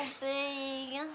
big